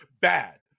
Bad